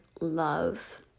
love